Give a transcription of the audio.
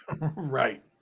Right